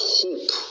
hope